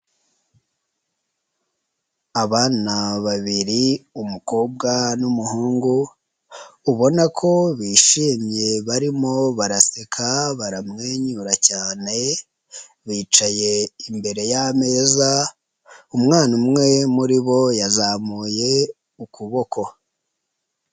Abana babiri umukobwa n'umuhungu, ubona ko bishimye barimo baraseka baramwenyura cyane, bicaye imbere y'ameza ,umwana umwe muri bo yazamuye ukuboko.